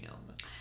element